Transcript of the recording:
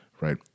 right